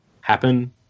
happen